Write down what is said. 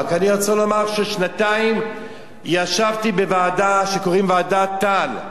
אני רק רוצה לומר ששנתיים ישבתי בוועדה שקוראים לה ועדת-טל.